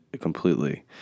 completely